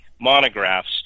monographs